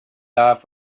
off